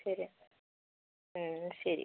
ശരി എന്നാൽ എന്നാൽ ശരി